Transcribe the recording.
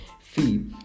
fee